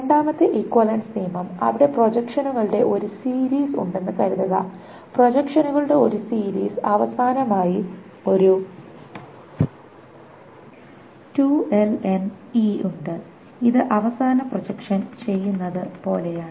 രണ്ടാമത്തെ ഇക്വിവാലെൻസ് നിയമം അവിടെ പ്രൊജക്ഷനുകളുടെ ഒരു സീരീസ് ഉണ്ടെന്ന് കരുതുക പ്രൊജക്ഷനുകളുടെ ഒരു സീരീസ് അവസാനമായി ഒരു ഉണ്ട് ഇത് അവസാന പ്രൊജക്ഷൻ ചെയ്യുന്നത് പോലെയാണ്